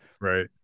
Right